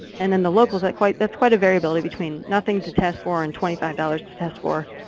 and then the locals are quite. that's quite a variability between nothing to test for and twenty five dollars to test for.